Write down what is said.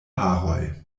haroj